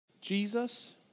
Jesus